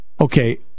Okay